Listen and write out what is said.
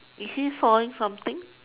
is he sawing something